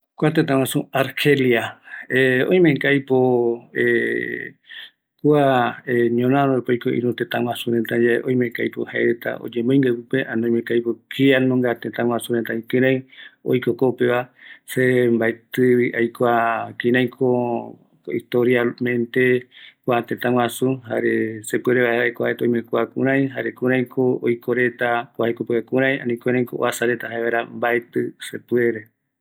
Argelia jaevi, oïmeko aipo oyemboigue ñorärö rupi, jare añave rupi yaikuavaera mbatï, ëreï oimeyave jae retako oikua jare kïraï supeguareta ome arakaua